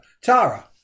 Tara